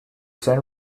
san